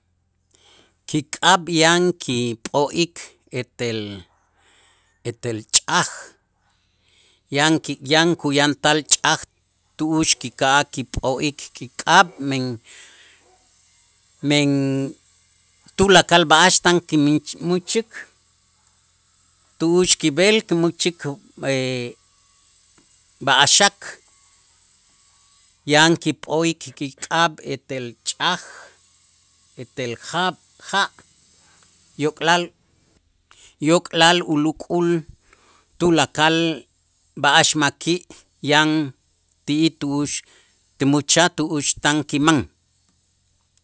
Kik'ab' yan kip'o'ik etel etel ch'aj yan yan kuyantal ch'aj tu'ux kika'aj kip'o'ik kik'ab', men men tulakal b'a'ax tan kimin mächik tu'ux kib'el kimächik b'a'ax xak yan kip'o'ik kik'ab' etel ch'aj etel jab' ja' yok'lal, yok'lal uluk'ul tulakal b'a'ax ma' ki' yan ti'ij tu'ux tinmächaj tu'ux tan kiman.